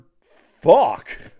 fuck